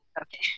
Okay